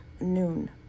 noon